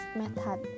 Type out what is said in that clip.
method